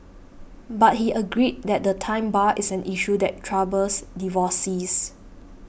but he agreed that the time bar is an issue that troubles divorcees